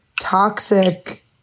toxic